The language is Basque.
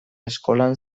eskolan